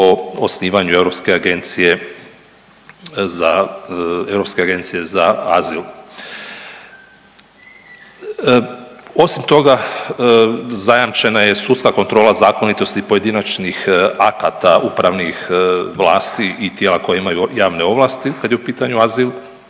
za, Europske agencije za azil. Osim toga zajamčena je sudska kontrola zakonitosti pojedinačnih akata upravnih vlasti i tijela koja imaju javne ovlasti kad je u pitanju azil,